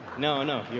no, no you're